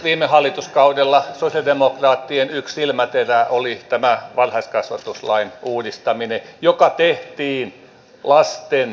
viime hallituskaudella sosialidemokraattien yksi silmäterä oli tämä varhaiskasvatuslain uudistaminen joka tehtiin lasten parhaaksi